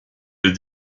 les